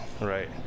right